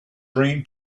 dream